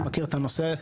אני מכיר את הנושא.